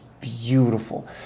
beautiful